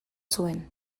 zuen